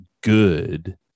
good